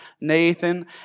Nathan